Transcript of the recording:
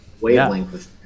wavelength